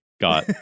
got